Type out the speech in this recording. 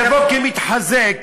יבוא כמתחזה,